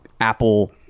Apple